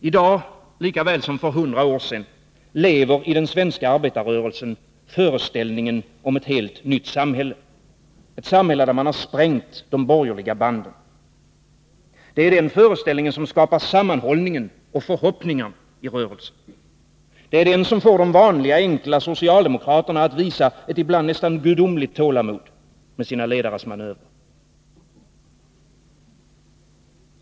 I dag, lika väl som för hundra år sedan, lever i den svenska arbetarrörelsen föreställningen om ett helt nytt samhälle, ett samhälle där man har sprängt de borgerliga banden. Det är den föreställningen som skapar sammanhållningen och förhoppningarna i rörelsen. Det är den som får de vanliga, enkla socialdemokraterna att visa ett ibland nästan gudomligt tålamod med sina ledares manövrer.